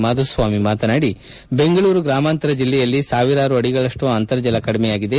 ಮಾಧುಸ್ವಾಮಿ ಮಾತನಾಡಿ ಬೆಂಗಳೂರು ಗ್ರಾಮಾಂತರ ಬೆಲ್ಲೆಯಲ್ಲಿ ಸಾವಿರಾರು ಅಡಿಗಳಷ್ಟು ಅಂತರ್ಜಲ ಕಡಿಮೆಯಾಗಿದೆ